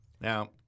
Now